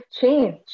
change